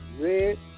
Red